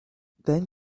then